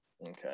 Okay